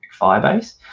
firebase